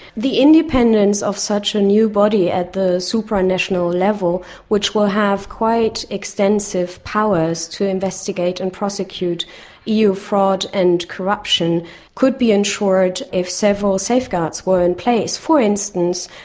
the independence of such a new body at the supranational level which will have quite extensive powers to investigate and prosecute eu fraud and corruption could be ensured if several safeguards were in place. for instance,